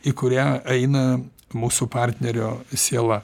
į kurią eina mūsų partnerio siela